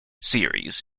series